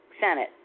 Senate